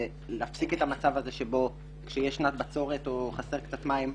להפסיק את המצב הזה בו כשיש שנת בצורת או חסר קצת מים,